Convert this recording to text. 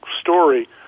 story